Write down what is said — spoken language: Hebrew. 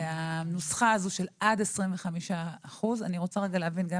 הנוסחה הזו של עד 25 אחוזים, אני רוצה להבין.